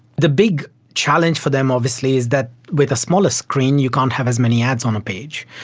the big challenge for them obviously is that with a smaller screen you can't have as many ads on a page,